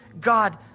God